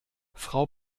frau